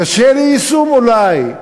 קשה ליישום אולי,